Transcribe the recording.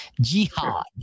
Jihad